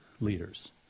leaders